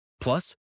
Plus